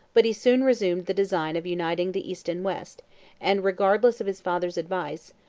but he soon resumed the design of uniting the east and west and, regardless of his father's advice,